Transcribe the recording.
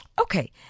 Okay